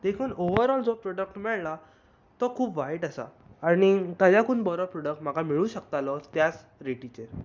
देखून ओवरऑल जो प्रोडक्ट मेळ्ळा तो खूब वायट आसा आनी ताच्याकून बरो प्रोडक्ट म्हाका मेळूंक शकतालो त्याच रेटीचेर